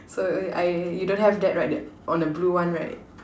so I you don't have that right on the blue one right